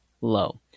Low